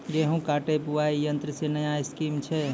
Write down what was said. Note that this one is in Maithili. गेहूँ काटे बुलाई यंत्र से नया स्कीम छ?